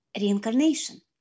reincarnation